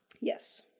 Yes